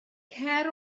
cer